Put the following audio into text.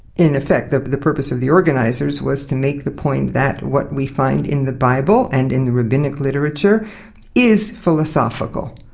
in effect, but the purpose of the organisers was to make the point that what we find in the bible and in the rabbinic literature is philosophical.